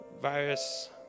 virus